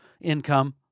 income